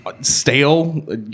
Stale